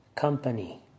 Company